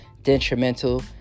detrimental